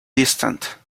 distant